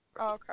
okay